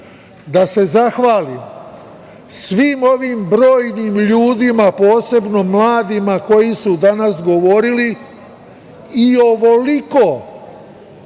da se zahvalim svim ovim brojnim ljudima, posebno mladima koji su danas govorili. Ovoliko